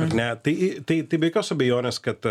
ar ne tai tai tai be jokios abejonės kad